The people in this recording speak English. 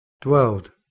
dwelled